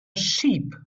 sheep